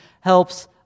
helps